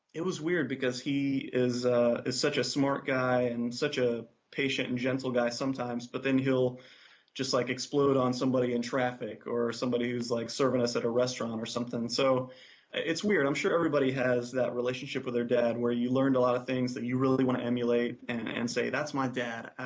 it was weird because he is such a smart guy and such a patient and gentle guy sometimes, but then he will just like explode on somebody in traffic or somebody who is like serving us at a restaurant or something. so it's weird. i'm sure everybody has that relationship with their dad where you learned a lot of things that you really want to emulate and and say that's my dad,